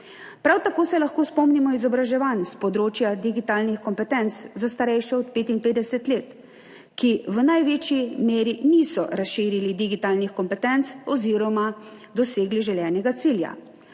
Prav tako se lahko spomnimo izobraževanj s področja digitalnih kompetenc za starejše od 55 let, ki v največji meri niso razširili digitalnih kompetenc oziroma dosegli želenega cilja.